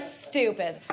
stupid